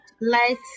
light